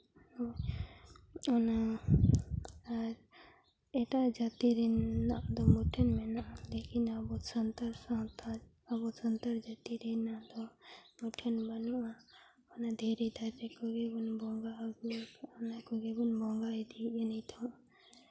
ᱚᱱᱟ ᱟᱨ ᱮᱴᱟᱜ ᱡᱟᱹᱛᱤ ᱨᱮᱱᱟᱜ ᱫᱚ ᱢᱩᱴᱷᱟᱹᱱ ᱢᱮᱱᱟᱜ ᱞᱟᱹᱜᱤᱫ ᱦᱚᱸ ᱟᱵᱚ ᱥᱟᱱᱛᱟᱲ ᱥᱟᱶᱛᱟ ᱟᱵᱚ ᱥᱟᱱᱛᱟᱲ ᱡᱟᱹᱛᱤ ᱨᱮᱱᱟᱜ ᱫᱚ ᱢᱩᱴᱷᱟᱹᱱ ᱵᱟᱹᱱᱩᱜᱼᱟ ᱚᱱᱟ ᱫᱷᱤᱨᱤ ᱫᱟᱨᱮ ᱵᱚᱱ ᱵᱚᱸᱜᱟ ᱟᱹᱜᱩ ᱠᱟᱜᱼᱟ ᱚᱱᱟ ᱠᱚᱜᱮ ᱵᱚᱱ ᱤᱫᱤᱭᱮᱫᱼᱟ ᱱᱤᱛ ᱦᱚᱸ